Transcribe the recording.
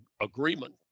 agreement